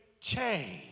change